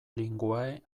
linguae